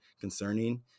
concerning